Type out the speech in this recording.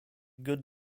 good